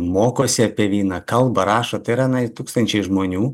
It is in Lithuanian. mokosi apie vyną kalba rašo tai yra na tūkstančiai žmonių